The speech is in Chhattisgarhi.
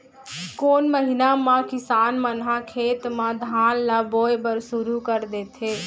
कोन महीना मा किसान मन ह खेत म धान ला बोये बर शुरू कर देथे?